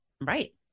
Right